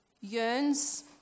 yearns